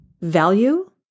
value